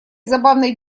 забавной